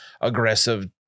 aggressive